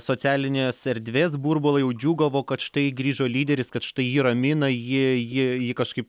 socialinės erdvės burbulo jau džiūgavo kad štai grįžo lyderis kad štai ji ramina ji ji ji kažkaip